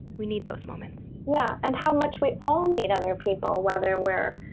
we need those moments. yeah and how much we all need other people, whether we're